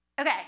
Okay